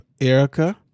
Erica